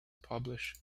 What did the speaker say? published